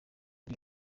ndi